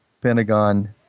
Pentagon